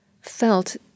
felt